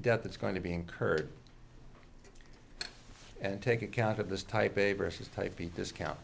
debt that's going to be incurred and take account of this type a versus type b discount